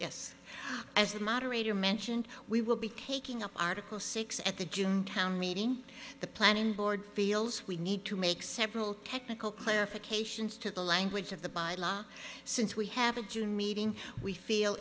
yes as the moderator mentioned we will be taking up article six at the june town meeting the planning board feels we need to make several chemical clarifications to the language of the by law since we have a june meeting we feel